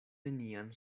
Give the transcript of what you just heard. nenian